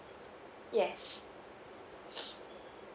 yes